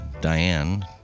Diane